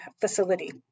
facility